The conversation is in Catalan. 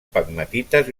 pegmatites